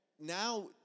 now